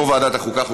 יושב-ראש ועדת החוקה,